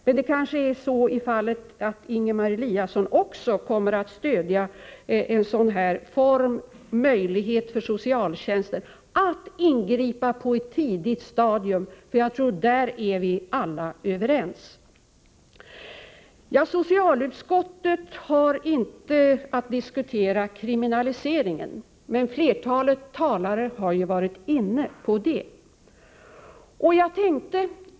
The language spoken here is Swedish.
Det är kanske så att Ingemar Eliasson också kommer att stödja en sådan möjlighet för socialtjänsten att ingripa på ett tidigt stadium? Jag tror att vi alla är överens på den punkten. Socialutskottet har inte att diskutera kriminaliseringen, men flertalet talare har varit inne på den saken.